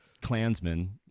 Klansmen